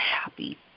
happy